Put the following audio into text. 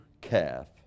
calf